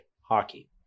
hockey